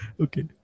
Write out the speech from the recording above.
Okay